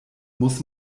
muss